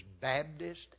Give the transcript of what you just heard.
Baptist